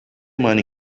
many